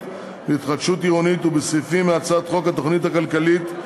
להתחדשות עירונית ובסעיפים מהצעת חוק התוכנית הכלכלית,